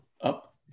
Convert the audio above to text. up